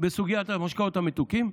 בסוגיית המשקאות המתוקים,